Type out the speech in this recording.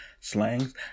slangs